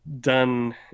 done